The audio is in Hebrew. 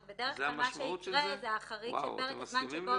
רק בדרך כלל מה שיקרה זה החריג של פרק הזמן שבו -- זאת המשמעות של זה?